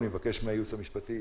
אני מבקש מהייעוץ המשפטי,